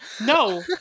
No